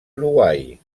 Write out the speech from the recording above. uruguai